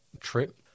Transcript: trip